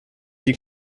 die